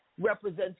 represents